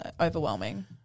overwhelming